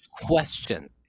question